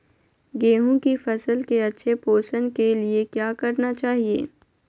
गेंहू की फसल के अच्छे पोषण के लिए क्या करना चाहिए?